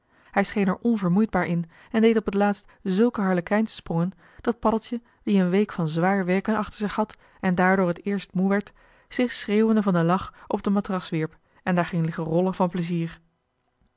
hij scheen er onvermoeidbaar in en deed op t laatst zulke harlekijnsprongen dat paddeltje die een week van zwaar werken achter zich had en daardoor t eerst moe werd zich schreeuwende van den lach op de matras wierp en daar ging liggen rollen van plezier